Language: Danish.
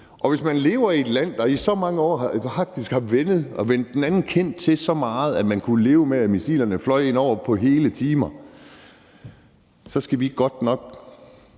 Og hvis man lever i et land, der i så mange år faktisk har vænnet sig til det og vendt den anden kind så meget til, at man kunne leve med, at missilerne fløj indover på hele timer, så skal vi godt nok